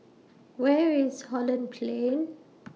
Where IS Holland Plain